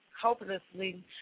hopelessly